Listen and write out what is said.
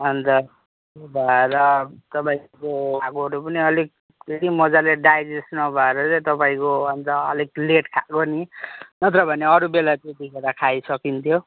अन्त त्यही भएर तपाईँको खाएकोहरू पनि अलिक त्यति मज्जाले डाइजेस्ट नभएर चाहिँ तपाईँको अन्त अलि लेट खाएको नि नत्र भने अरू बेला त यतिखेर खाइसकिन्थ्यो